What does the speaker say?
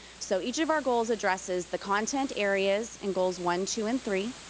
so each of our goals addresses the content areas in goals one, two and three.